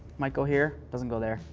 might go here, doesn't go there.